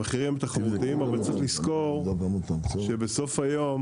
המחירים הם תחרותיים אבל צריך לזכור שבסוף היום